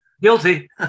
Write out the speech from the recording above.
guilty